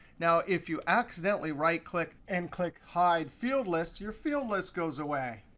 now, if you accidentally right click and click hide field list, your field list goes away.